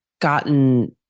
gotten